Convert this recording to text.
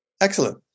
Excellent